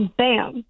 bam